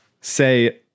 say